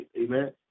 amen